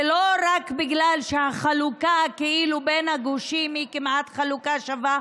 ולא רק בגלל שהחלוקה כאילו בין הגושים היא חלוקה כמעט שווה,